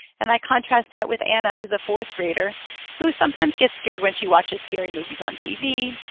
and i contrast that with anna, who's a fourth grader who sometimes gets scared when she watches scary movies on tv.